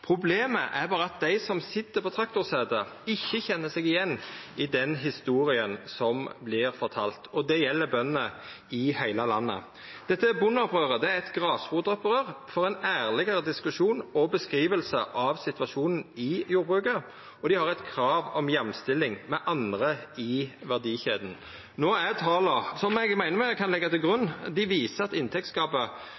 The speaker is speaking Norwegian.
Problemet er at dei som sit på traktorsetet, ikkje kjenner seg igjen i den historia som vert fortalt – og det gjeld bøndene i heile landet. Bondeopprøret er eit grasrotopprør for ein ærlegare diskusjon og beskriving av situasjonen i jordbruket, og dei har eit krav om jamstilling med andre i verdikjeda. No viser tala, som eg meiner me kan leggja til grunn,